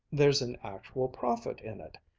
there's an actual profit in it,